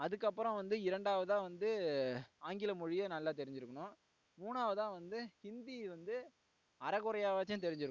அதுக்கப்புறம் வந்து இரண்டாவதாக வந்து ஆங்கில மொழியை நல்லா தெரிஞ்சுருக்கணும் மூணாவதாக வந்து ஹிந்தி வந்து அரைகொறையாவாச்சும் தெரிஞ்சுருக்கணும்